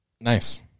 Nice